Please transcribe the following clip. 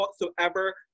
whatsoever